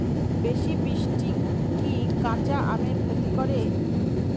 বেশি বৃষ্টি কি কাঁচা আমের ক্ষতি করে?